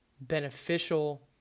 beneficial